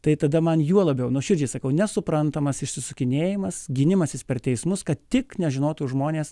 tai tada man juo labiau nuoširdžiai sakau nesuprantamas išsisukinėjimas gynimasis per teismus kad tik nežinotų žmonės